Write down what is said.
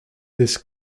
this